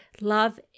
love